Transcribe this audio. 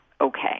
okay